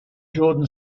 jordan